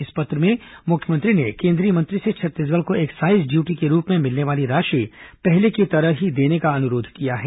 इस पत्र में मुख्यमंत्री ने केंद्रीय मंत्री से छत्तीसगढ़ को एक्साइज ड्यूटी के रूप में मिलने वाली राशि पहले की तरह ही देने का अनुरोध किया है